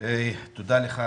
תודה לך,